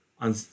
on